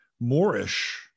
Moorish